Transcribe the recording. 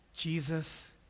Jesus